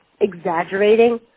exaggerating